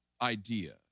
idea